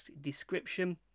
description